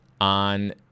on